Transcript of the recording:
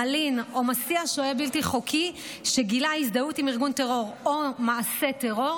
מלין או מסיע שוהה בלתי חוקי שגילה הזדהות עם ארגון טרור או מעשה טרור,